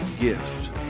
gifts